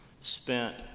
spent